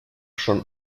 schon